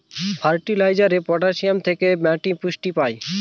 ফার্টিলাইজারে পটাসিয়াম থেকে মাটি পুষ্টি পায়